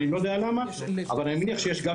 אני לא יודע למה אבל אני מניח שיש גם